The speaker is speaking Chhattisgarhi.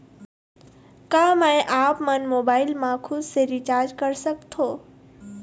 का मैं आपमन मोबाइल मा खुद से रिचार्ज कर सकथों?